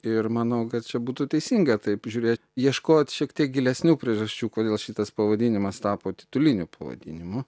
ir manau kad čia būtų teisinga taip žiūrėt ieškot šiek tiek gilesnių priežasčių kodėl šitas pavadinimas tapo tituliniu pavadinimu